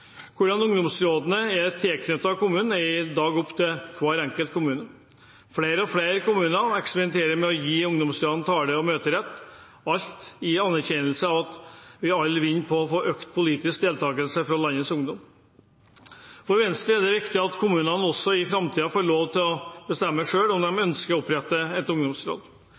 Hvordan ungdomsrådene er tilknyttet kommunen, er i dag opp til hver enkelt kommune. Flere og flere kommuner eksperimenterer med å gi ungdomsrådene tale- og møterett, alt i anerkjennelse av at vi alle vinner på økt politisk deltakelse fra landets ungdom. For Venstre er det viktig at kommunene også i framtiden får lov til å bestemme selv om de ønsker å opprette et ungdomsråd.